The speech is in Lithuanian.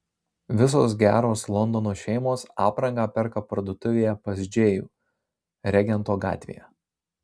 visos geros londono šeimos aprangą perka parduotuvėje pas džėjų regento gatvėje